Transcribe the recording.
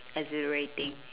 exhilarating